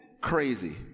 crazy